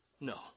No